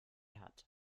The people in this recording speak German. hat